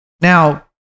Now